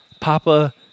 Papa